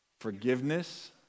Forgiveness